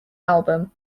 album